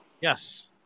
Yes